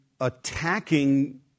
attacking